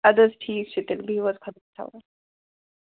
اَدٕ حظ ٹھیٖک چھُ تیٚلہِ بِہِو حظ خۄدایس حوال